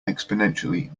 exponentially